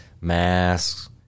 masks